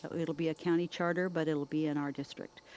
ah it'll be a county charter, but it'll be in our district.